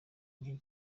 nke